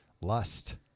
lust